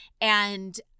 and-